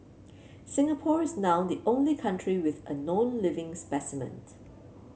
Singapore is now the only country with a known living